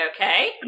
Okay